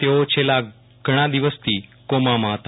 તેઓ છેલ્લા ગણા દિવસથી કોમામાં હતા